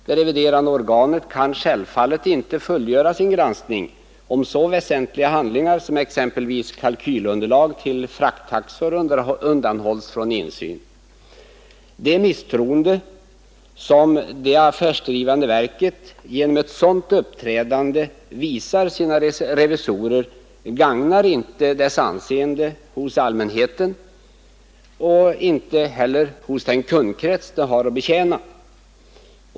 De reviderande organen kan självfallet inte fullgöra sin granskning, om så värdefulla handlingar som exempelvis kalkylunderlag till frakttaxor undanhålls från insyn. Det misstroende som det affärsdrivande verket genom ett sådant uppträdande visar sina revisorer gagnar inte dess anseende hos allmänheten och inte heller hos den kundkrets det har att betjäna.